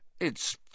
It's